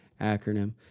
acronym